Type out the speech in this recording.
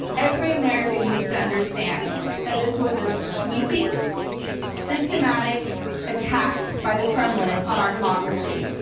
every american needs to understand that this was a sweeping systematic attack by the kremlin on our democracy.